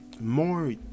more